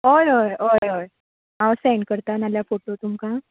हय हय हय हय हांव सेंड करता नाल्यार फोटो तुमकां